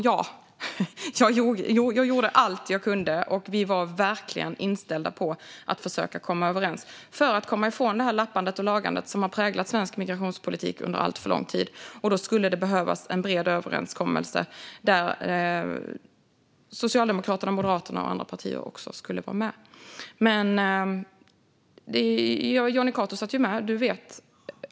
Jag gjorde allt jag kunde, och vi var verkligen inställda på att försöka komma överens. För att komma ifrån det lappande och lagande som har präglat svensk migrationspolitik under alltför lång tid skulle det behövas en bred överenskommelse där Socialdemokraterna, Moderaterna och andra partier också skulle vara med. Jonny Cato satt ju med.